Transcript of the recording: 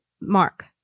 mark